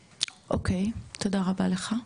אוקי, תודה רבה לך.